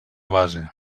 base